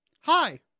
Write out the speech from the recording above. Hi